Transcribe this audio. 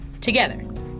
together